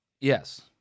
yes